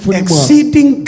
exceeding